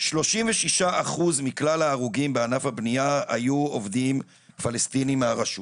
36 אחוז מכלל ההרוגים בענף הבנייה היו עובדים פלסטינים מהרשות,